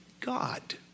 God